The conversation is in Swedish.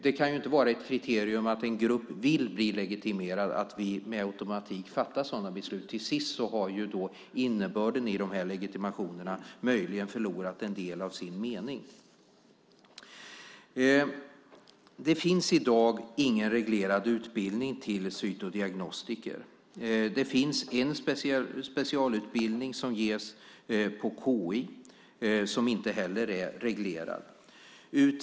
Det kan inte vara ett kriterium att en grupp vill bli legitimerad för att vi med automatik fattar sådana beslut. Till sist har de här legitimationerna möjligen förlorat en del av sin mening. Det finns i dag ingen reglerad utbildning till cytodiagnostiker. Det finns en specialutbildning som ges på KI och som inte heller är reglerad.